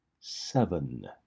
Seven